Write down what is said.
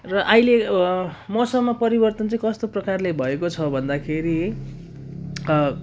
र अहिले मौसममा परिवर्तन चाहिँ कस्तो प्रकारले भएको छ भन्दाखेरि